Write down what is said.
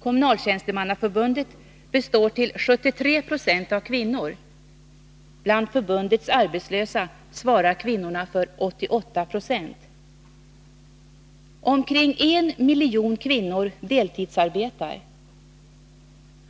Kommunaltjänstemannaförbundet består till 73 26 av kvinnor. Bland förbundets arbetslösa svarar kvinnorna för 88 96. Omkring 1 miljon kvinnor deltidsarbetar.